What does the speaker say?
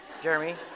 jeremy